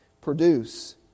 produce